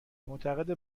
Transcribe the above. معتقده